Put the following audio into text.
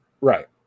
right